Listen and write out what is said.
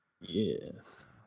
Yes